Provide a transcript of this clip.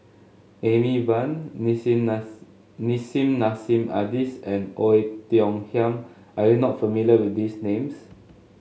Amy Van Nissim Nissim Nassim Adis and Oei Tiong Ham are you not familiar with these names